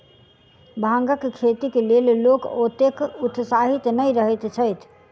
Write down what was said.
भांगक खेतीक लेल लोक ओतेक उत्साहित नै रहैत छैथ